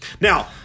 Now